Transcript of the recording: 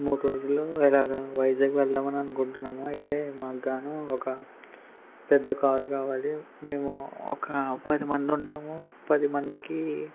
మూడు రోజుల్లో ఇలాగా వైజాగ్ వెళ్దాం అని అనుకుంటున్నాము అయితే మాకు గాను ఒక పెద్ద కారు కావాలి మేము ఒక పది మంది ఉంటాము పది మందికి